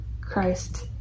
Christ